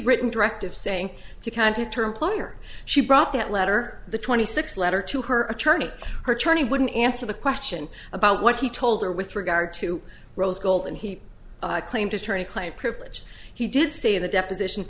written directive saying to come to term player she brought that letter the twenty six letter to her attorney her attorney wouldn't answer the question about what he told her with regard to rose gold and he claimed to turn client privilege he did say in the deposition